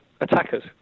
attackers